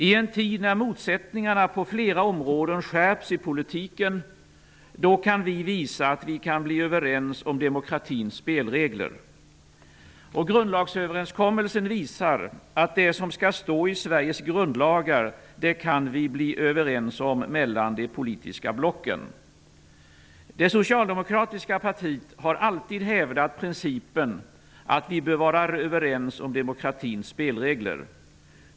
I en tid när motsättningarna på flera områden skärps i politiken kan vi då visa att vi kan bli överens om demokratins spelregler. Grundlagsöverenskommelsen visar att vi mellan de politiska blocken kan bli överens om det som skall stå i Sveriges grundlagar. Det socialdemokratiska partiet har alltid hävdat principen att vi bör vara överens om demokratins spelregler.